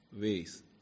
ways